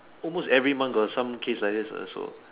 almost every month got some case like this lah so